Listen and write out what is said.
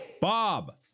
Bob